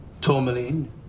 Tourmaline